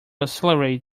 accelerate